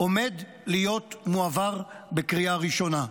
עומד להיות מועבר בקריאה הראשונה.